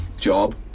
job